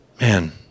man